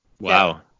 Wow